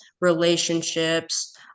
relationships